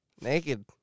Naked